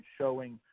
showing